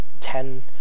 ten